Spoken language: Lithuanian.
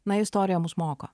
na istorija mus moko